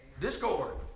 Discord